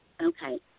Okay